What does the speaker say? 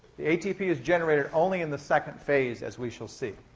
the atp is generated only in the second phase, as we shall see.